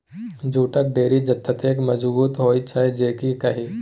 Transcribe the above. जूटक डोरि ततेक मजगुत होए छै जे की कही